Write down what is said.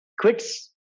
quits